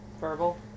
verbal